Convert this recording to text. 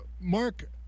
Mark